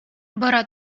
бара